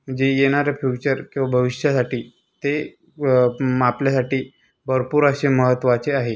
जी येणाऱ्या फ्युचर किंवा भविष्यासाठी ते म आपल्यासाठी भरपूर असे महत्त्वाचे आहे